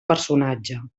personatge